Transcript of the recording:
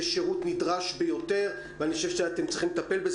זה שירות נדרש ביותר שאתם צריכים לטפל בו.